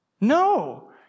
No